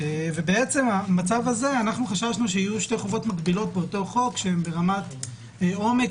חששנו שיהיו שתי חובות מקבילות באותו חוק שהן ברמת עומק